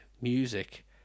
music